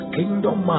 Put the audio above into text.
kingdom